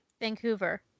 Vancouver